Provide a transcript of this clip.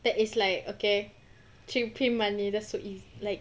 that is like okay print money that's so easy like